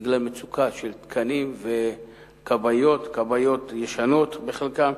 בגלל מצוקה של תקנים וכבאיות, כבאיות ישנות בחלקן.